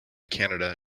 canada